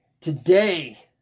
Today